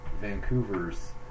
Vancouver's